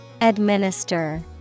Administer